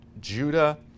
Judah